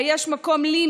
שבה יש מקום לי,